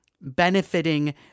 benefiting